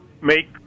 make